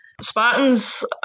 Spartans